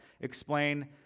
explain